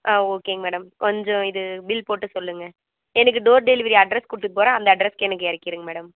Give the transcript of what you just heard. ஆ ஓகேங்க மேடம் கொஞ்சம் இது பில் போட்டு சொல்லுங்க எனக்கு டோர் டெலிவரி அட்ரஸ் கொடுத்துட்டு போகிறேன் அந்த அட்ரஸ்சுக்கு எனக்கு இறக்கிடுங்க மேடம்